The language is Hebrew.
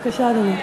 איזה יופי.